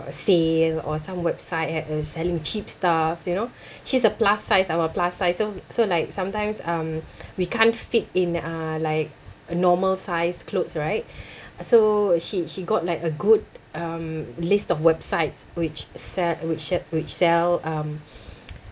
sale or some website uh uh selling cheap stuff you know she's a plus size I'm a plus size so so like sometimes um we can't fit in uh like a normal sized clothes right so she she got like a good um list of websites which sell which sell which sell um